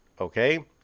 Okay